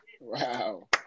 Wow